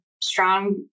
strong